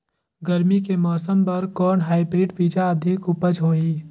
गरमी के मौसम बर कौन हाईब्रिड बीजा अधिक उपज होही?